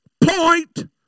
point